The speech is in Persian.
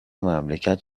مملکت